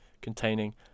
containing